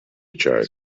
ċar